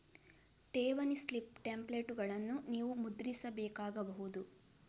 ಠೇವಣಿ ಸ್ಲಿಪ್ ಟೆಂಪ್ಲೇಟುಗಳನ್ನು ನೀವು ಮುದ್ರಿಸಬೇಕಾಗಬಹುದು